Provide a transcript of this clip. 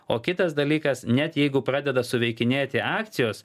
o kitas dalykas net jeigu pradeda suveikinėti akcijos